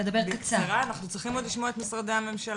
אנחנו צריכים עוד לשמוע את משרדי הממשלה.